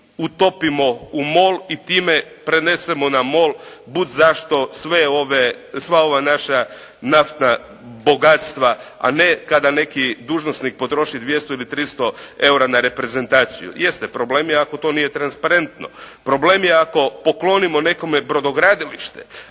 utopimo u MOL i time prenesemo na MOL budzašto sva ova naša naftna bogatstva, a ne kada neki dužnosnik potroši 200 ili 300 eura na reprezentaciju. Jeste problem je ako to nije transparentno, problem je ako poklonimo brodogradilište,